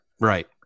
Right